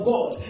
God